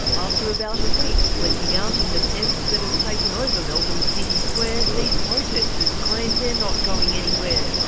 after about a week sleeping out in the tents that have taken over melbourne's city square, these protesters claim they are not going anywhere. we're